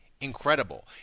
Incredible